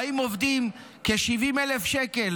40 עובדים, כ-70,000 שקל